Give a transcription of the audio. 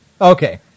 Okay